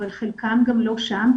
אבל חלקן גם לא שם,